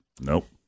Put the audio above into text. Nope